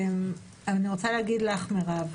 אני רוצה להגיד לך מירב,